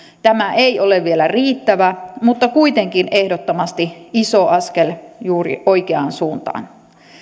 tämä ei ole vielä riittävä mutta kuitenkin ehdottomasti iso askel juuri oikeaan suuntaan